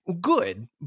Good